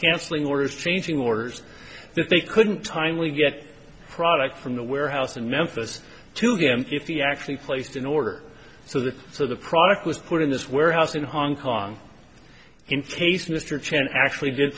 canceling orders changing orders that they couldn't timely get product from the warehouse in memphis to him if he actually placed an order so that so the product was put in this warehouse in hong kong in case mr chen actually did